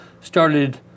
started